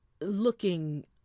looking